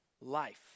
life